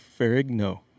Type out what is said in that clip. Ferrigno